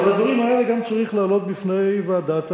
אבל את הדברים האלה גם צריך להעלות בפני ועדת